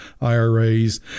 iras